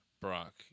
Brock